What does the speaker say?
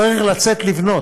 צריך לצאת לבנות.